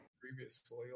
Previously